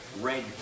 red